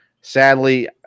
Sadly